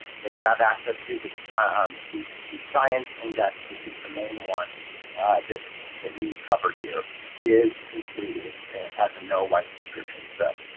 that you have access to but ah um the the science index which is the main one that that we cover here is included as a no white subscription, so